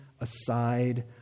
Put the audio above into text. aside